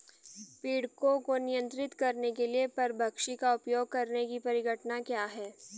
पीड़कों को नियंत्रित करने के लिए परभक्षी का उपयोग करने की परिघटना क्या है?